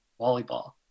volleyball